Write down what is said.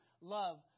love